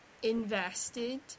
Invested